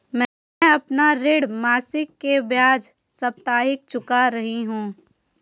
मैं अपना ऋण मासिक के बजाय साप्ताहिक चुका रही हूँ